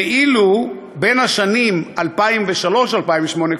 ואילו בשנים 2003 2008,